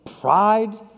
pride